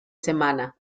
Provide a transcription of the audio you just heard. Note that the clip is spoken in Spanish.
semana